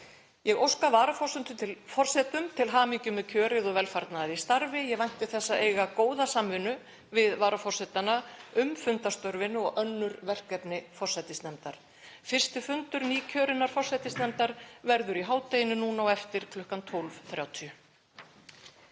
Ég óska varaforsetum til hamingju með kjörið og velfarnaðar í starfi. Ég vænti þess að eiga góða samvinnu við varaforsetana um fundarstörfin og önnur verkefni forsætisnefndar. Fyrsti fundur nýkjörinnar forsætisnefndar verður í hádeginu núna á eftir kl. 12:30.